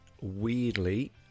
weirdly